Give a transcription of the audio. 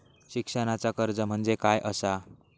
शिक्षणाचा कर्ज म्हणजे काय असा?